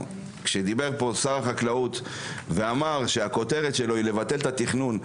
כשדיבר פה שר החקלאות ואמר שהוכתרת שלו היא לבטל את התכנון,